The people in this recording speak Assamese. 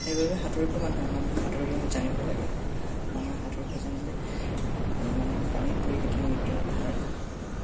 সেইবাবে সাঁতুৰিব মানুহে মানুহে সাঁতুৰিব জানিব লাগে মানুহে সাঁতুৰিব জানিলে মানুহৰ পানীত পৰি কেতিয়াও মৃত্যু হ'ব নোৱাৰে